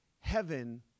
heaven